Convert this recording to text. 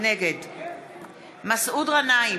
נגד מסעוד גנאים,